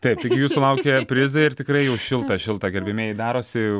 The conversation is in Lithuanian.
taip tai jūsų laukia prizai ir tikrai už šiltą šiltą gerbiamieji darosi jau